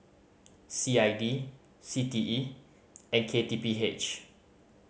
C I D C T E and K T P H